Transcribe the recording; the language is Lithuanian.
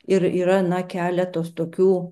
ir yra na keletas tokių